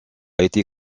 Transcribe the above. été